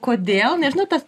kodėl nežinau tas